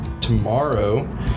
tomorrow